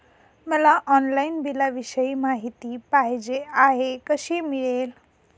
मला ऑनलाईन बिलाविषयी माहिती पाहिजे आहे, कशी मिळेल?